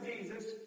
Jesus